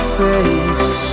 face